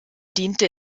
diente